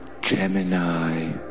Gemini